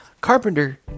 Carpenter